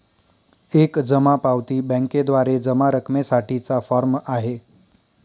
एक जमा पावती बँकेद्वारे जमा रकमेसाठी चा फॉर्म आहे